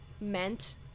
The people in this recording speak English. meant